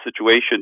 situation